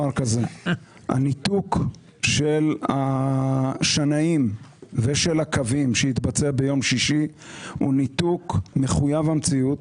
הניתוק של הקווים ושל השנאים שהתבצע ביום שישי הוא ניתוק מחויב המציאות.